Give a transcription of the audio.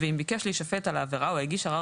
ואם ביקש להישפט על העבירה או הגיש ערר